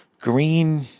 green